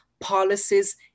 policies